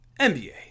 NBA